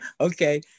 Okay